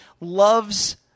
loves